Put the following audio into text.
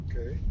Okay